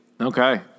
Okay